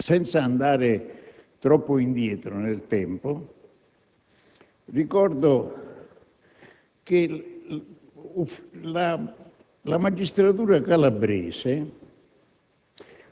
Senza andare troppo indietro nel tempo, ricordo che la magistratura calabrese